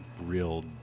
real